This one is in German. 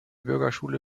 bürgerschule